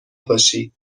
باشی